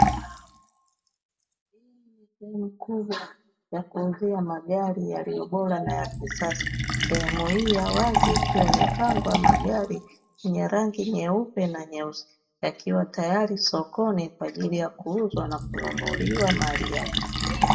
Hili ni eneo kubwa la kuuzia magari yaliyo bora na ya kisasa, sehemu hii ya wazi ikiwa imepangwa magari yenye rangi nyeupe na nyeusi, yakiwa tayari sokoni kwa ajili ya kuuzwa na kununuliwa mahali hapa.